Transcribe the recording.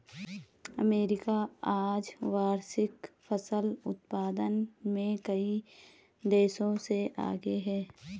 America आज वार्षिक फसल उत्पादन में कई देशों से आगे है